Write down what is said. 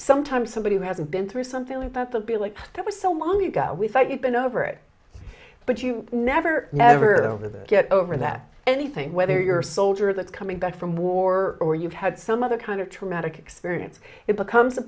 sometimes somebody who has been through something like that the be like that was so long ago we thought you've been over it but you never never get over that anything whether you're a soldier that's coming back from war or you've had some other kind of traumatic experience it becomes a